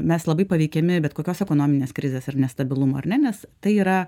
mes labai paveikiami bet kokios ekonominės krizės ar nestabilumo ar ne nes tai yra